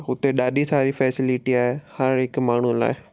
हुते ॾाढी सारी फ़ेसिलिटी आहे हर हिक माण्हूअ लाइ